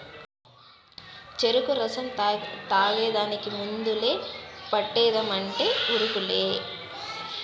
చెరుకు రసం తాగేదానికి ముందలే పంటేద్దామంటే ఉరుకులే